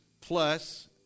plus